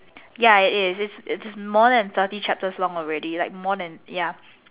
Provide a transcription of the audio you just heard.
ya it is it's more than thirty chapters long already like more than ya